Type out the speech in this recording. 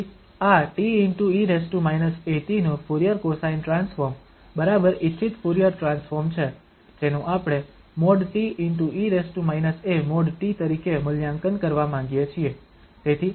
તેથી આ te−at નું ફુરીયર કોસાઇન ટ્રાન્સફોર્મ બરાબર ઇચ્છિત ફુરીયર ટ્રાન્સફોર્મ છે જેનું આપણે |t|e−a|t| તરીકે મૂલ્યાંકન કરવા માંગીએ છીએ